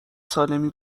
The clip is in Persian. سالمی